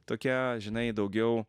tokia žinai daugiau